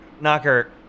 Knocker